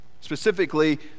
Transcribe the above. Specifically